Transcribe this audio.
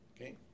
okay